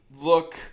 look